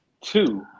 Two